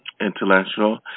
intellectual